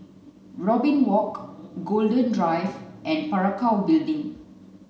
Robin Walk Golden Drive and Parakou Building